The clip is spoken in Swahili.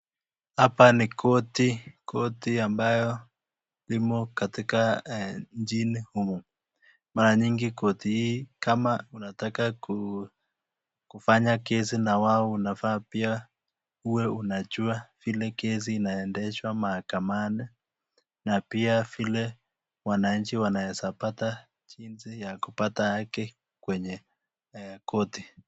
Hapa ni koti, koti ambaye yumo katika nchini humu mara nyingi koti hii kama unataka kufanya kesi na wao unafaa pia uwe unajua vile kesi inaendeswa mahakamani pia vile wananchi wanaweza pata jinzi ya kupata aki kwenye koti.